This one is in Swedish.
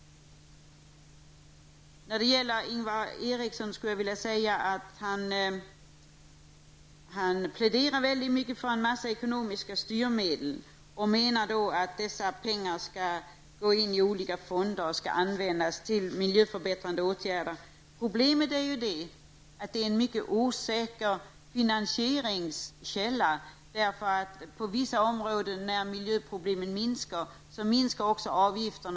Ingvar Eriksson pläderar mycket för en mängd ekonomiska styrmedel och anser att pengar skall sättas in i olika fonder för att därefter användas till miljöförbättrande åtgärder. Problemet är att det är en mycket osäker finansieringskälla. När miljöproblemen minskar på vissa områden, då minskar också avgiftsuttagen.